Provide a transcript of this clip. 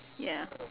ya